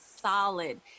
solid